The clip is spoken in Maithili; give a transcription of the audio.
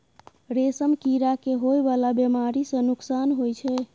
रेशम कीड़ा के होए वाला बेमारी सँ नुकसान होइ छै